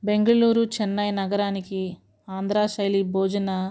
బెంగళూరు చెన్నై నగరానికి ఆంధ్రా శైలి భోజన